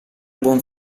buon